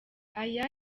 aya